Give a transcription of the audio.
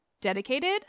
dedicated